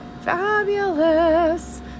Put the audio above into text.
fabulous